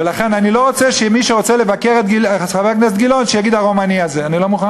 ולכן אני לא רוצה שמי שרוצה לבקר את חבר הכנסת גילאון יגיד: הרומני הזה.